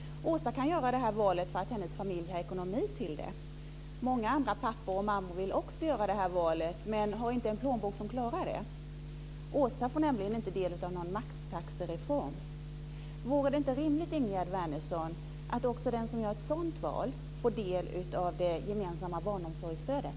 Åsa kan göra det här valet för att hennes familj har ekonomi till det. Många andra pappor och mammor vill också göra det här valet men har inte en plånbok som klarar det. Åsa får nämligen inte del av någon maxtaxereform. Vore det inte rimligt, Ingegerd Wärnersson, att också den som gör ett sådant här val får del av det gemensamma barnomsorgsstödet?